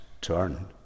turn